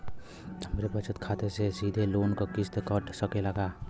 हमरे बचत खाते से सीधे लोन क किस्त कट सकेला का?